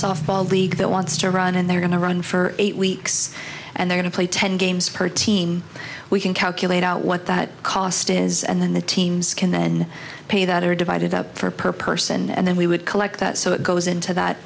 softball league that wants to run and they're going to run for eight weeks and they want to play ten games per team we can calculate out what that cost is and then the teams can then pay that are divided up for per person and then we would collect that so it goes into that